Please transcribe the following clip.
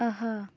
آہا